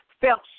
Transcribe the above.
felt